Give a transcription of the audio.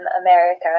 America